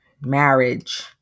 marriage